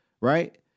right